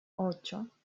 ocho